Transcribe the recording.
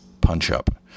punch-up